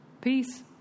Peace